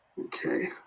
Okay